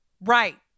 Right